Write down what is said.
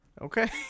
Okay